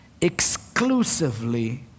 exclusively